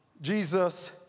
Jesus